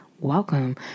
welcome